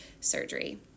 surgery